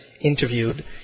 interviewed